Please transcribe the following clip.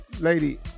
lady